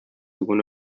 one